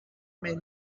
may